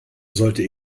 sollte